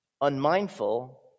unmindful